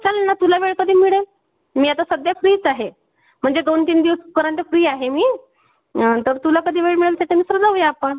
चालेल ना तुला वेळ कधी मिळेल मी आता सध्या फ्रीच आहे म्हणजे दोन तीन दिवसपर्यंत फ्री आहे मी तर तुला कधी वेळ मिळेल त्याच्यानुसार जाऊया आपण